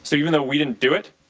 so you know we didn't do it.